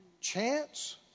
chance